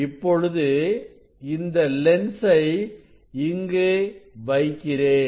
இப்பொழுது இந்த லென்சை இங்கு வைக்கிறேன்